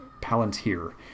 palantir